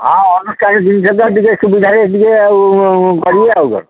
ହଁ ଅନୁଷ୍ଠାନ ଜିନିଷ ତ ଟିକେ ସୁବିଧାରେ ଟିକିଏ ଆଉ କରିବେ ଆଉ